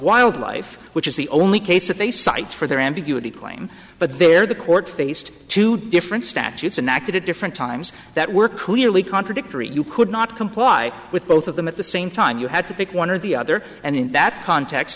wildlife which is the only case of a cite for their ambiguity claim but there the court faced two different statutes and acted at different times that were clearly contradictory you could not comply with both of them at the same time you had to pick one or the other and in that context